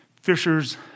fishers